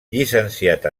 llicenciat